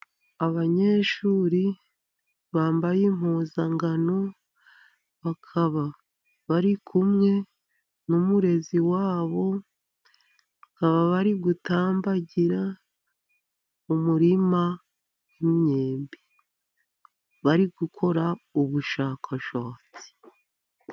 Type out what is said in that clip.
Abanyeshuri bambaye impuzankano bakaba bari kumwe n'umurezi wabo, bakaba bari gutambagira umurima w'imyembe. Bari gukora ubushakashatsi.